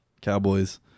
Cowboys